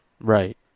Right